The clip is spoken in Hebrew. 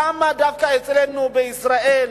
למה דווקא אצלנו בישראל,